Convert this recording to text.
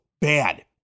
bad